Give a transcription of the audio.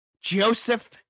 Joseph